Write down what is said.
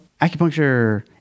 acupuncture